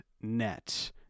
net